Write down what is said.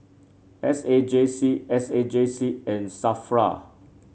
S A J C S A J C and Safra